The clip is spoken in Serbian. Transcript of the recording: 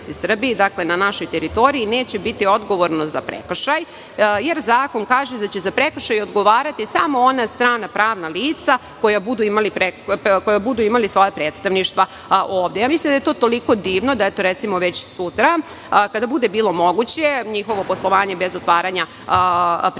na našoj teritoriji, neće biti odgovorno za prekršaj, jer zakon kaže da će za prekršaj odgovarati samo ona strana pravna lica koja budu imali svoja predstavništva ovde. Mislim da je to toliko divno, da već sutra kada bude bilo moguće njihovo poslovanje bez otvaranja predstavništva,